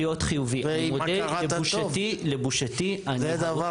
ולהיות חיובי, ואני מודה, לבושתי אני הרבה